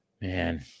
man